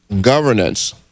governance